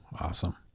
awesome